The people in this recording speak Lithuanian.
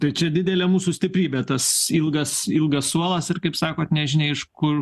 tai čia didelė mūsų stiprybė tas ilgas ilgas suolas ir kaip sakot nežinia iš kur